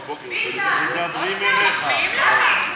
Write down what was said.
ביטן, ביטן.